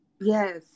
Yes